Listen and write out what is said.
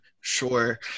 sure